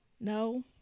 no